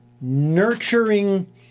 nurturing